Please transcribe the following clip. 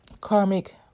karmic